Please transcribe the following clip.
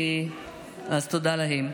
אז תודה להם.